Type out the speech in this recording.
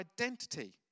identity